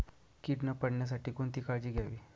कीड न पडण्यासाठी कोणती काळजी घ्यावी?